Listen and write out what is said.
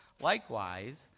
Likewise